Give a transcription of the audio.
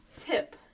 Tip